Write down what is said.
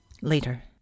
later